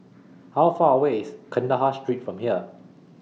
How Far away IS Kandahar Street from here